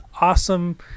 awesome